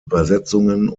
übersetzungen